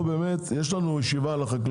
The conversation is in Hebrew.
שיש לנו פה באמת ישיבה על החקלאות,